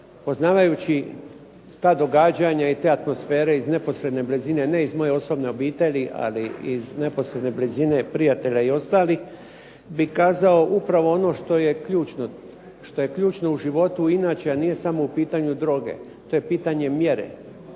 Poznavajući ta događanja i te atmosfere iz neposredne blizine, ne iz moje osobne obitelji, ali iz neposredne blizine prijatelja i ostalih, bih kazao upravo ono što je ključno u životu inače a nije samo pitanje droge. To je pitanje mjere.